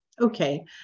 Okay